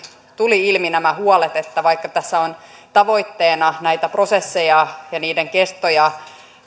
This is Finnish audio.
tulivat ilmi nämä huolet että vaikka tässä on tavoitteena näitä prosesseja ja niiden kestoa